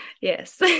yes